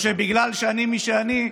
או שבגלל שאני מי שאני,